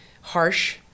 harsh